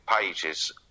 pages